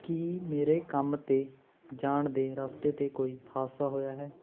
ਕੀ ਮੇਰੇ ਕੰਮ 'ਤੇ ਜਾਣ ਦੇ ਰਸਤੇ 'ਤੇ ਕੋਈ ਹਾਦਸਾ ਹੋਇਆ ਹੈ